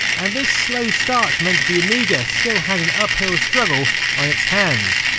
and this slow start meant the amiga still had an uphill struggle on its hands.